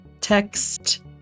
text